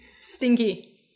Stinky